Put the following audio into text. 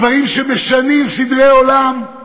דברים שמשנים סדרי עולם.